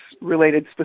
related